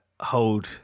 hold